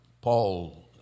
Paul